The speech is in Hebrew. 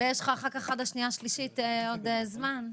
יש לך עד השנייה-שלישית עוד זמן.